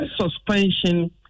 suspension